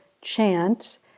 chant